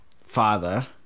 father